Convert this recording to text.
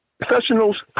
professionals